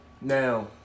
now